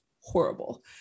horrible